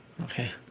okay